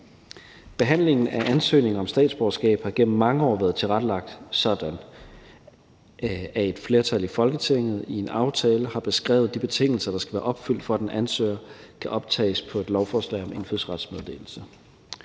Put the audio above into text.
Behandlingen af ansøgninger om statsborgerskab har gennem mange år været tilrettelagt sådan, at et flertal i Folketinget i en aftale har beskrevet de betingelser, der skal være opfyldt, for at en ansøger kan optages på et lovforslag om indfødsrets meddelelse.